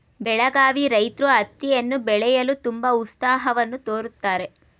ಬೆಳಗಾವಿ ರೈತ್ರು ಹತ್ತಿಯನ್ನು ಬೆಳೆಯಲು ತುಂಬಾ ಉತ್ಸಾಹವನ್ನು ತೋರುತ್ತಾರೆ